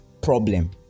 problem